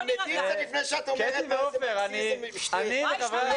תלמדי קצת לפני שאת אומרת מה זה מרקסיזם --- כמה אפשר?